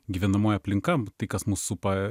gyvenamoji aplinka tai kas mus supa